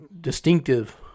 distinctive